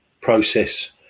process